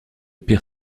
pire